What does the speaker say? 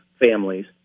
families